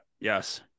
Yes